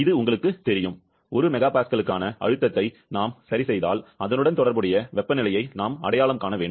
இது உங்களுக்குத் தெரியும் 1 MPa க்கான அழுத்தத்தை நாம் சரிசெய்தால் அதனுடன் தொடர்புடைய வெப்பநிலையை நாம் அடையாளம் காண வேண்டும்